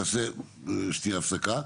תעשה שניה הפסקה.